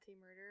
murder